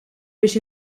biex